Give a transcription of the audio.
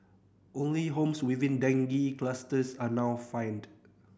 only homes within dengue clusters are now fined